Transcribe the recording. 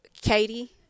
Katie